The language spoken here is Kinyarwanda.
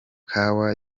kawa